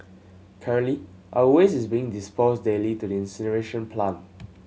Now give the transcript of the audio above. currently our waste is being disposed daily to the incineration plant